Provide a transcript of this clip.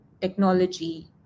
technology